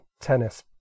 tennis